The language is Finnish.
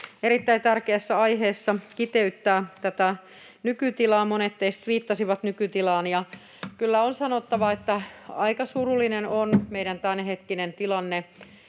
erittäin tärkeässä aiheessa kiteyttää tätä nykytilaa. Monet teistä viittasivat nykytilaan, ja kyllä on sanottava, että aika surullinen on meidän tämänhetkinen tilanne